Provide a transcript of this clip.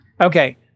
Okay